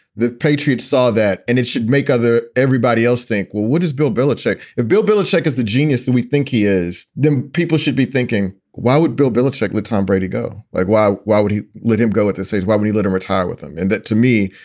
the patriots saw that. and it should make other everybody else think, well, what is bill belichick? if bill belichick is the genius that we think he is, then people should be thinking, why would bill belichick with tom brady go? like, why? why would he let him go at this age? why would he let him retire with him? and that to me,